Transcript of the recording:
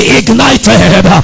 ignited